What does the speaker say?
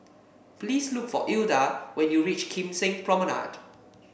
please look for Ilda when you reach Kim Seng Promenade